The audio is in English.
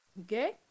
Okay